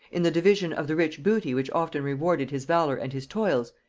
in the division of the rich booty which often rewarded his valor and his toils,